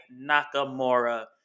Nakamura